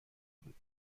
بود